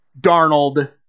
Darnold